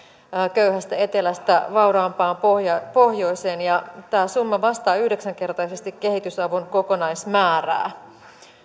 köyhästä etelästä vauraampaan pohjoiseen pohjoiseen tämä summa vastaa yhdeksänkertaisesti kehitysavun kokonaismäärää